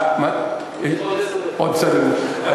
יש לך עוד עשר דקות.